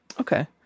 Okay